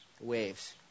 Waves